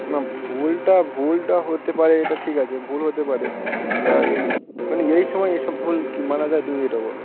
না ভুলটা ভুলটা হতে পারে এটা ঠিক আছে ভুল হতে পারে তা এই মানে এই সময় এইসব ভুল কী মানা যায় তুমি যেটা বলো